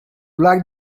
liked